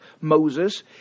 Moses